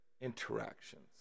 interactions